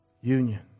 union